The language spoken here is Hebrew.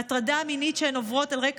ההטרדה המינית שהן עוברות על רקע